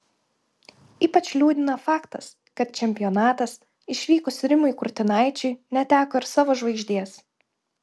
ypač liūdina faktas kad čempionatas išvykus rimui kurtinaičiui neteko ir savo žvaigždės